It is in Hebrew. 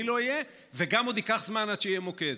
לא יהיה וגם עוד ייקח זמן עד שיהיה מוקד.